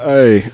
Hey